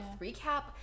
recap